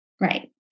right